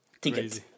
ticket